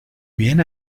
bien